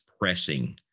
pressing